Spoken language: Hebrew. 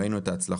ראינו את ההצלחות.